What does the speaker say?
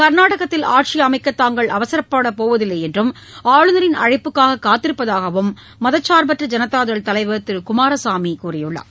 கர்நாடகத்தில் ஆட்சி அமைக்க தாங்கள் அவசரப்பட போவதில்லை என்றும் ஆளுநரின் அழைப்புக்காக காத்திருப்பதாகவும் மதசார்பற்ற ஜனதாதள தலைவர் திரு குமாரசாமி கூறியுள்ளார்